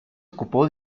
ocupó